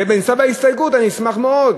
זה נמצא בהסתייגות, אני אשמח מאוד.